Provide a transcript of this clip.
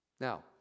Now